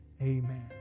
Amen